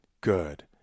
Good